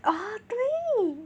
oh 对